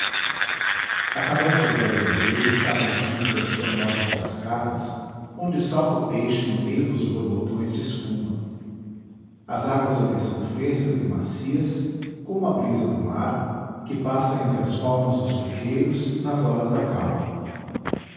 cabana do velho guerreiro estava junto das formosas cascatas onde salta o peixe no meio dos borbotões de espuma as águas ali são frescas e macias como a brisa do mar que passa entre as palmas dos coqueiros nas horas da calma